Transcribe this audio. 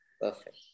Perfect